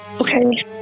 Okay